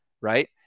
right